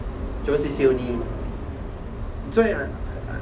jeron say say only that's why I I